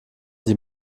sie